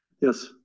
Yes